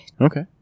Okay